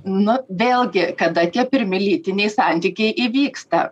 nu vėlgi kada tie pirmi lytiniai santykiai įvyksta